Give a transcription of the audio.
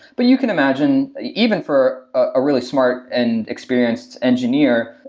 but you can imagine, even for a really smart and experienced engineer,